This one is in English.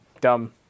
dumb